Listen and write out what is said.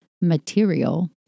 material